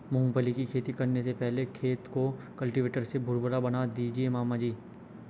मूंगफली की खेती करने से पहले खेत को कल्टीवेटर से भुरभुरा बना दीजिए मामा जी